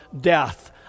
death